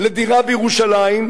900,000 לדירה בירושלים.